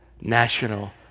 National